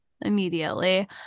immediately